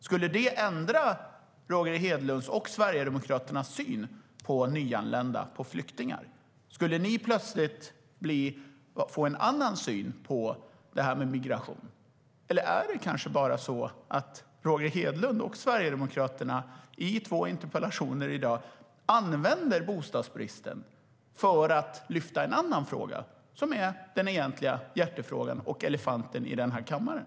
Skulle det ändra Roger Hedlunds och Sverigedemokraternas syn på nyanlända, på flyktingar? Skulle ni plötsligt få en annan syn på migration? Eller är det kanske bara så att Roger Hedlund och Sverigedemokraterna i två interpellationer i dag använder bostadsbristen för att lyfta en annan fråga som är den egentliga hjärtefrågan och elefanten i den här kammaren?